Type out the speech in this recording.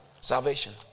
salvation